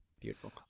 Beautiful